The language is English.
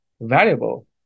valuable